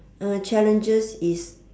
uh challenges is